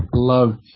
Love